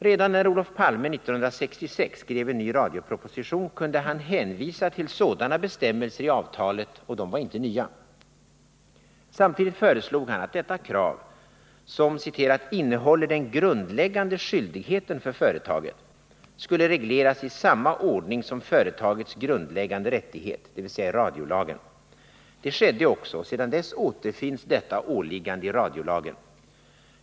Redan när Olof Palme 1966 skrev en ny radioproposition kunde han hänvisa till sådana bestämmelser i avtalet — och de var inte nya. Samtidigt föreslog han att detta krav, som ”innehåller den grundläggande skyldigheten för företaget”, skulle regleras i samma ordning som företagets grundläggande rättighet, dvs. i radiolagen. Det skedde också, och sedan dess återfinns detta åliggande i radiolagen.